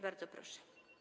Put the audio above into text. Bardzo proszę.